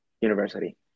university